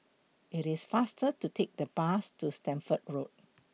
IT IS faster to Take The Bus to Stamford Road